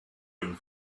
own